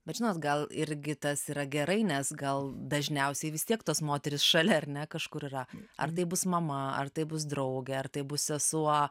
bet žinot gal irgi tas yra gerai nes gal dažniausiai vis tiek tos moterys šalia ar ne kažkur yra ar tai bus mama ar tai bus draugė ar tai bus sesuo